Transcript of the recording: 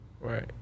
right